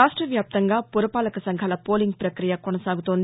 రాష్టవ్యాప్తంగా పురపాలక సంఘాల పోలింగ్ ప్రక్రియ కొనసాగుతోంది